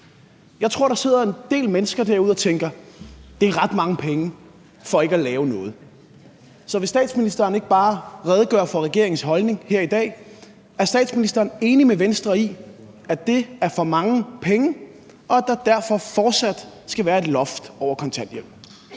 Jeg tror, der sidder en del mennesker derude og tænker, at det er ret mange penge for ikke at lave noget. Så vil statsministeren ikke bare redegøre for regeringens holdning her i dag: Er statsministeren enig med Venstre i, at det er for mange penge, og at der derfor fortsat skal være et loft over kontanthjælpen?